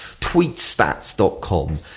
tweetstats.com